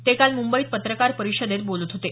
ते काल मुंबईत पत्रकार परिषदेत बोलत होते